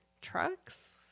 trucks